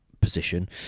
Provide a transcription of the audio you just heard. position